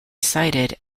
cited